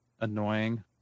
annoying